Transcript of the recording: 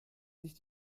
sich